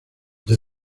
the